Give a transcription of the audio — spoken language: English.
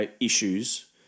issues